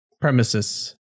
Premises